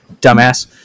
dumbass